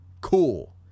cool